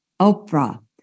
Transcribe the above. Oprah